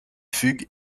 fugue